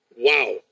wow